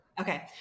Okay